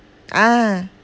ah